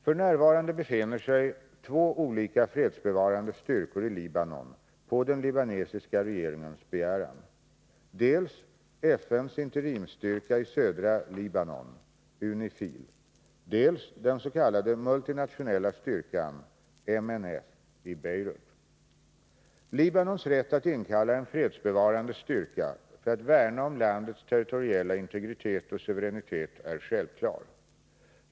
F.n. befinner sig två olika fredsbevarande styrkor i Libanon på den libanesiska regeringens begäran: dels FN:s interimsstyrka i södra Libanon , dels den s.k. multinationella styrkan i Beirut. Libanons rätt att inkalla en fredsbevarande styrka för att värna om landets territoriella integritet och suveränitet är självklar.